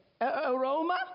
aroma